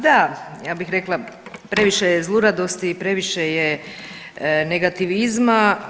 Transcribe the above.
Ma da, ja bih rekla previše je zluradosti i previše je negativizma.